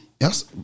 Yes